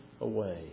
away